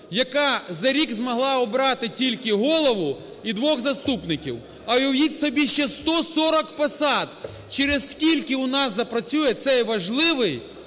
яка за рік змогла обрати тільки голову і двох заступників, а, уявіть собі, ще 140 посад. Через скільки у нас запрацює цей важливий